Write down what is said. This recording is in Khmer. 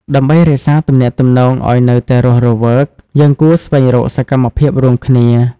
ដើម្បីរក្សាទំនាក់ទំនងឱ្យនៅតែរស់រវើក យើងគួរស្វែងរកសកម្មភាពរួមគ្នា។